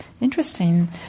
interesting